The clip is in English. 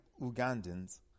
Ugandans